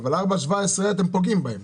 אבל 4.17, אתם פוגעים בהם.